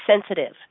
sensitive